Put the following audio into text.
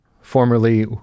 Formerly